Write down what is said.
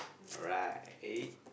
alright eh